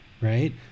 right